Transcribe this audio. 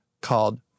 called